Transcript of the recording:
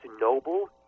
Noble